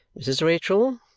mrs. rachael,